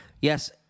Yes